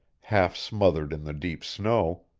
half smothered in the deep snow,